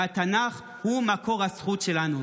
והתנ"ך הוא מקור הזכות שלנו.